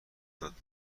داده